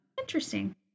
Interesting